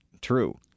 True